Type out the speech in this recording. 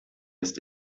ist